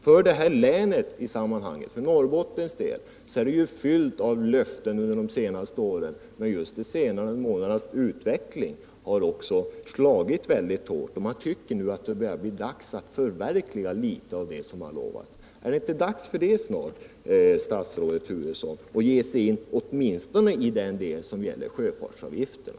För länet, för Norrbotten, är det utfärdat massor av löften under de senaste åren, men just de senaste månadernas utveckling har slagit väldigt hårt. Man tycker att det nu bör vara dags att förverkliga litet av det som utlovats. Är det inte snart dags, statsrådet Turesson, att ge sig i kast med åtminstone den del av problemen som gäller sjöfartsavgiften?